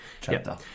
chapter